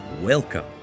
Welcome